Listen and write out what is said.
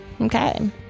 Okay